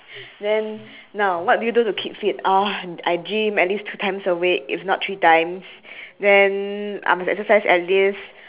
then now what do you do to keep fit oh I gym at least two times a week if not three times then I must exercise at least